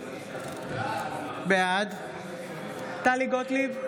בעד טלי גוטליב,